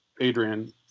Adrian